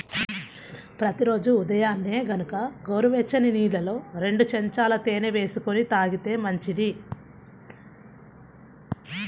ప్రతి రోజూ ఉదయాన్నే గనక గోరువెచ్చని నీళ్ళల్లో రెండు చెంచాల తేనె వేసుకొని తాగితే మంచిది